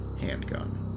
handgun